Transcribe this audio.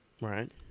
Right